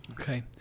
Okay